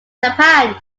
japan